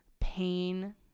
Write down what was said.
pain